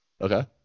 Okay